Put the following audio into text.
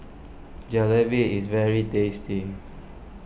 Jalebi is very tasty